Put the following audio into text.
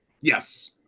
Yes